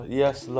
yes